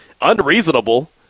unreasonable